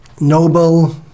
noble